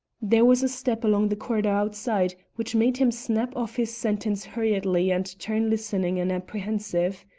there was a step along the corridor outside, which made him snap off his sentence hurriedly and turn listening and apprehensive.